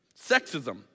sexism